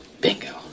Bingo